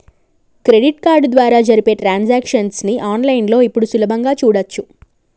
credit card ద్వారా జరిపే transactions ని ఆన్ లైన్ లో ఇప్పుడు సులభంగా చూడచ్చు